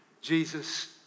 Jesus